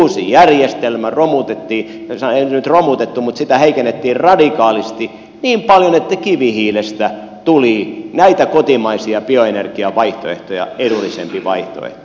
uusi järjestelmä romutettiin ei sitä nyt romutettu mutta sitä heikennettiin radikaalisti niin paljon että kivihiilestä tuli näitä kotimaisia bioenergiavaihtoehtoja edullisempi vaihtoehto